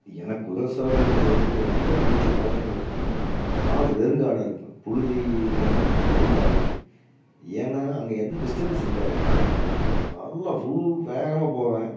எனக்கு குதிரை சவாரி செய்கிறக்கு ரொம்ப பிடிச்சப் பாதைன்னு பார்த்திங்ன்னா காடு வெறுங்காடாக இருக்கணும் புழுதி கிளம்புன வெறுங்காடு ஏன்னால் அங்கே எந்த டிஸ்டபன்ஸும் இருக்காது நல்லா ஃபுல் வேகமாக போவேன்